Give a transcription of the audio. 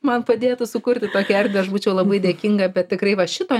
man padėtų sukurti tokią erdvę aš būčiau labai dėkinga bet tikrai va šito